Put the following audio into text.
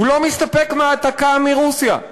הוא לא מסתפק בהעתקה מרוסיה,